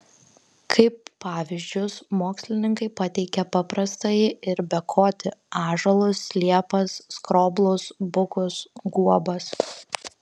kaip pavyzdžius mokslininkai pateikia paprastąjį ir bekotį ąžuolus liepas skroblus bukus guobas